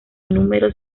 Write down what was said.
número